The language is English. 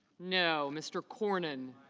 no. mr. cornyn